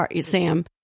Sam